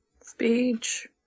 Speech